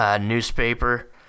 Newspaper